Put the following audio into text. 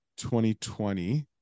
2020